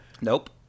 Nope